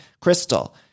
Crystal